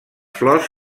flors